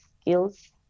skills